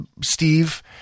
Steve